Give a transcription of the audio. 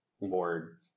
more